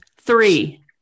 three